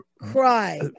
Cry